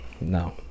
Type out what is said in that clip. no